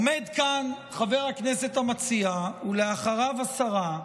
עומד כאן חבר הכנסת המציע, ואחריו השרה,